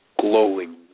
glowing